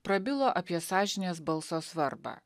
prabilo apie sąžinės balso svarbą